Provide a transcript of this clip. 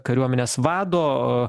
kariuomenės vado